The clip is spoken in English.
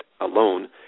alone